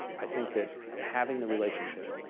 i think that having the relationship,